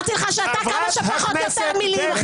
--- אמרתי לך שאתה כמה שפחות מילים.